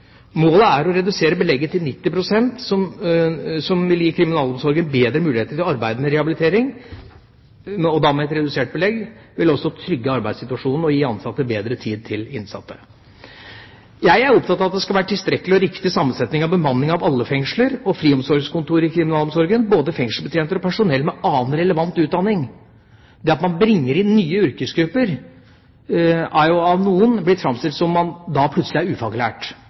Målet er å redusere belegget til 90 pst., noe som vil gi kriminalomsorgen bedre muligheter til å arbeide med rehabilitering. Et redusert belegg vil også trygge arbeidssituasjonen og gi ansatte bedre tid til de innsatte. Jeg er opptatt av at det skal være tilstrekkelig og riktig sammensetning av bemanningen i alle fengsler og friomsorgskontor i kriminalomsorgen, både fengselsbetjenter og personell med annen relevant utdanning. Det at man bringer inn nye yrkesgrupper, er jo av noen blitt framstilt som om man plutselig er ufaglært